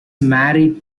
married